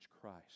Christ